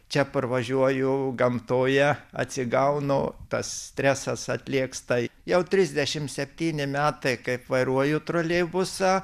čia parvažiuoju gamtoje atsigaunu tas stresas atlėgsta jau trisdešim septyni metai kaip vairuoju troleibusą